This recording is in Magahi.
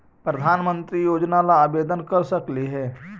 प्रधानमंत्री योजना ला आवेदन कर सकली हे?